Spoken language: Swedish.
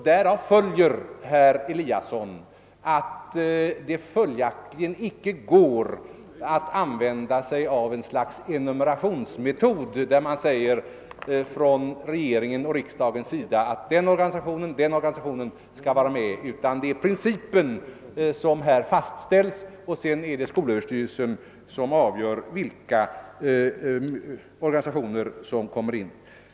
Därav följer, herr Eliasson, att det icke går att använda något slags enumerationsmetod som innebär att regeringen och riksdagen säger att den och den organisationen skall vara med, utan det är principen som här fastställs och sedan är det skolöverstyrelsen som avgör vilka organisationer som kommer in.